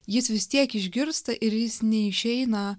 jis vis tiek išgirsta ir jis neišeina